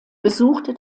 besuchte